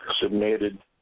submitted